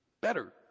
better